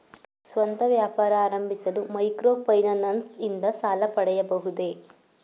ಸ್ವಂತ ವ್ಯಾಪಾರ ಆರಂಭಿಸಲು ಮೈಕ್ರೋ ಫೈನಾನ್ಸ್ ಇಂದ ಸಾಲ ಪಡೆಯಬಹುದೇ?